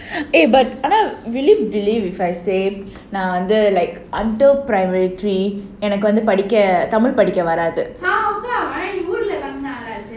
eh but ஆனா:aanaa will you believe if I say நான் வந்து எனக்கு:naan vandhu enakku tamil படிக்க வராது:padikka varaathu like until primary three ah அக்கா ஊர்ல:akkaa oorla tamil நல்லா இருந்துச்சே:nalla irunthuchae